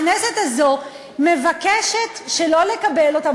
הכנסת הזאת מבקשת שלא לקבל אותן,